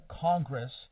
Congress